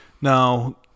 Now